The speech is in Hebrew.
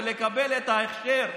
ולקבל את ההכשר,